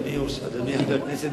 אדוני חבר הכנסת,